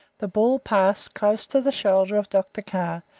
the ball passed close to the shoulder of dr. carr,